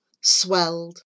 swelled